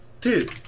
dude